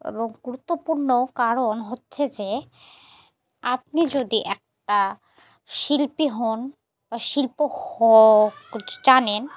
এবং গুরুত্বপূর্ণ কারণ হচ্ছে যে আপনি যদি একটা শিল্পী হন বা শিল্প হ জানেন